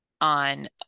on